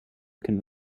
can